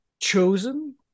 Chosen